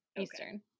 Eastern